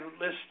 list